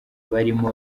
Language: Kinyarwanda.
barimo